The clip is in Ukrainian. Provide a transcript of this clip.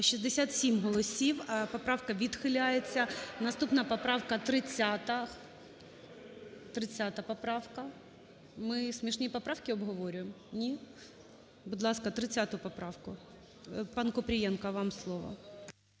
За-67 Поправка відхиляється. Наступна поправка 30-а. 30 поправка. Ми смішні поправки обговорюємо? Ні? Будь ласка, 30-у поправку. ПанКупрієнко, вам слово.